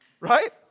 Right